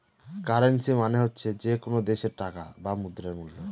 currency মানে হচ্ছে যে কোনো দেশের টাকা বা মুদ্রার মুল্য